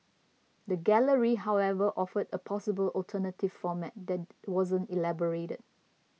the gallery however offered a possible alternative format that wasn't elaborated